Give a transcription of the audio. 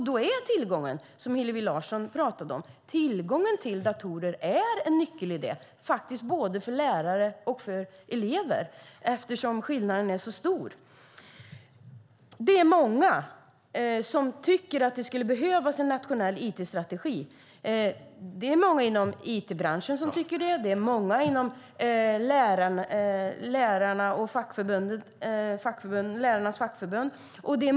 Då är tillgången till datorer, som Hillevi Larsson pratade om, en nyckelidé för både lärare och elever eftersom skillnaderna är så stora. Det är många som tycker att det behövs en nationell it-strategi. Det är många inom it-branschen som tycker så, och likaså många lärare och många i lärarnas fackförbund.